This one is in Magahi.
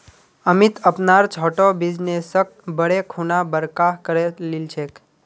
अमित अपनार छोटो बिजनेसक बढ़ैं खुना बड़का करे लिलछेक